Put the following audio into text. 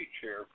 chair